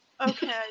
Okay